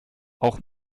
auch